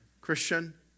Christian